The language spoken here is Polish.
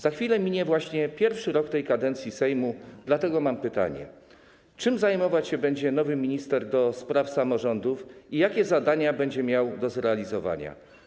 Za chwilę minie właśnie pierwszy rok tej kadencji Sejmu, dlatego mam pytanie: Czym zajmować się będzie nowy minister do spraw samorządów i jakie zadania będzie miał do zrealizowania?